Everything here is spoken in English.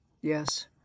Yes